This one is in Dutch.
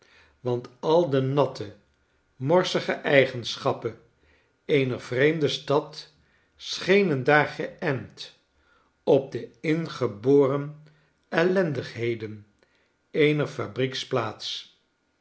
want al de natte morsige eigenschappen eener vreemde stad schenen daar geent op de ingeboren ellendigheden eener